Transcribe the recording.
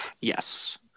Yes